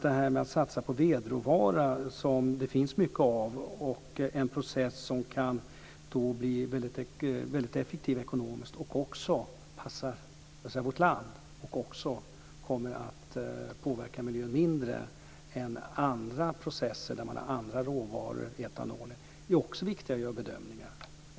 Det här med att satsa på vedråvara, som det finns mycket av, är en process som ekonomiskt kan bli mycket effektiv, som passar vårt land och som även kommer att påverka miljön mindre än andra processer där man har andra råvaror än etanol. Det är också viktigt när man gör bedömningar.